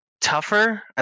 tougher